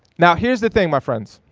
now, here's the thing, my friends.